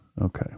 Okay